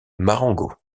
marengo